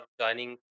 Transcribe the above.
joining